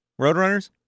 Roadrunners